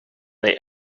they